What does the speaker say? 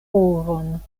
ovon